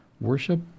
Worship